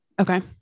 okay